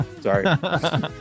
sorry